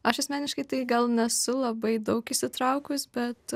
aš asmeniškai tai gal nesu labai daug įsitraukus bet